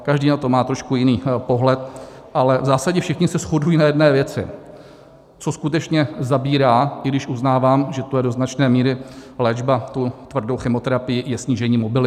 Každý na to má trošku jiný pohled, ale v zásadě všichni se shodují na jedné věci, co skutečně zabírá i když uznávám, že to je do značné míry léčba tou tvrdou chemoterapií je snížení mobility.